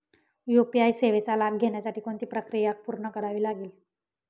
UPI सेवेचा लाभ घेण्यासाठी कोणती प्रक्रिया पूर्ण करावी लागते?